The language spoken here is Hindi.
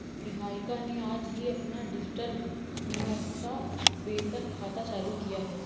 निहारिका ने आज ही अपना डिजिटल नियोक्ता वेतन खाता चालू किया है